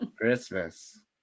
Christmas